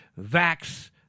VAX